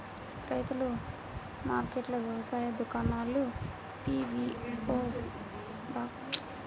రైతుల మార్కెట్లు, వ్యవసాయ దుకాణాలు, పీ.వీ.ఓ బాక్స్ పథకాలు తెలుపండి?